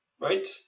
right